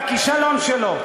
והכישלון שלו.